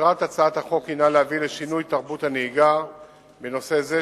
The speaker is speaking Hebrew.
מטרת הצעת החוק היא להביא לשינוי תרבות הנהיגה בנושא זה,